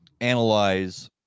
analyze